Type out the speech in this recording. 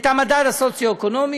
את המדד הסוציו-אקונומי,